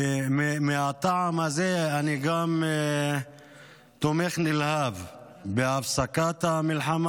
ומהטעם הזה אני גם תומך נלהב בהפסקת המלחמה